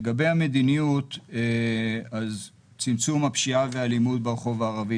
לגבי מדיניות צמצום הפשיעה והאלימות ברחוב הערבי,